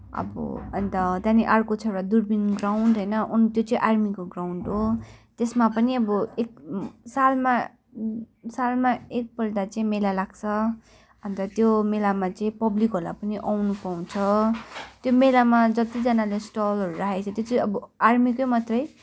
अब अन्त त्यहाँ पनि अर्को छ एउटा दुर्पिन ग्राउन्ड होइन अनि त्यो चाहिँ आर्मीको ग्राउन्ड हो त्यसमा पनि अब एक सालमा सालमा एकपल्ट चाहिँ मेला लाग्छ अन्त त्यो मेलामा चाहिँ पब्लिकहरूलाई पनि आउन पाउँछ त्यो मेलामा जतिजनाले स्टलहरू राखेको छ त्यो अब आर्मीकै मात्रै